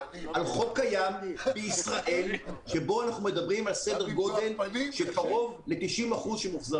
של חוק קיים בישראל שבו כ-90% מוחזר.